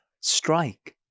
strike